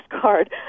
card